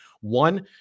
One